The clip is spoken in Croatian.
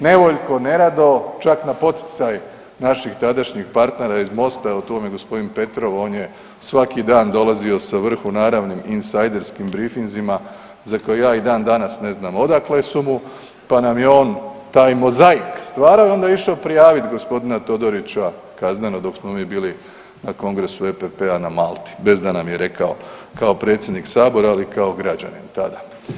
Nevoljko, nerado, čak na poticaj naših tadašnjih partnera iz MOST-a evo tu vam je gospodin Petrov, on je svaki dan dolazio sa vrhunaravnim insajderskim brifinzima za koje ja i dan danas ne znam odakle su mu, pa nam je on taj mozaik stvarao i onda je išao prijavit gospodina Todorića kazneno dok smo mi bili na Kongresu EPP-a na Malti bez da nam je rekao kao Predsjednik Sabora ali kao i građanin tada.